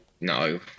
no